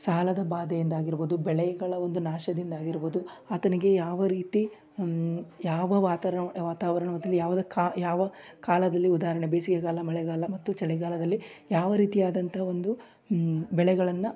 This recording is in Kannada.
ಸಾಲದ ಬಾಧೆಯಿಂದಾಗಿರ್ಬೋದು ಬೆಳೆಗಳ ಒಂದು ನಾಶದಿಂದಾಗಿರ್ಬೋದು ಆತನಿಗೆ ಯಾವ ರೀತಿ ಯಾವ ವಾತಾವರ್ಣ ವಾತಾವರಣದಲ್ಲಿ ಯಾವ್ದು ಕಾ ಯಾವ ಕಾಲದಲ್ಲಿ ಉದಾಹರಣೆ ಬೇಸಿಗೆಗಾಲ ಮಳೆಗಾಲ ಮತ್ತು ಚಳಿಗಾಲದಲ್ಲಿ ಯಾವ ರೀತಿಯಾದಂಥ ಒಂದು ಬೆಳೆಗಳನ್ನು